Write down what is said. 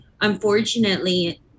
unfortunately